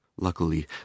Luckily